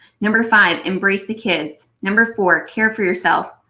number five, embrace the kids. number four, care for yourself.